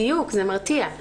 בדיוק, זה מרתיע.